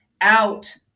out